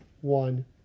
one